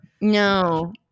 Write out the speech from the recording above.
No